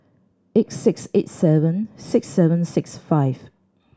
eight six eight seven six seven six five